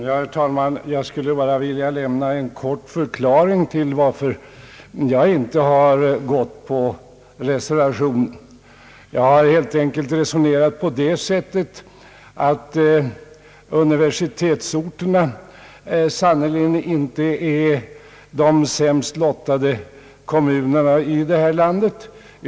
Herr talman! Jag skulle bara vilja kort förklara varför jag inte har biträtt reservationen. Jag har helt enkelt resonerat på det sättet att universitetsorterna sannerligen inte är de sämst lottade kommunerna i detta land.